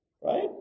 Right